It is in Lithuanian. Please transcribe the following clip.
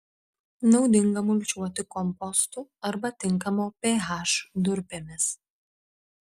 naudinga mulčiuoti kompostu arba tinkamo ph durpėmis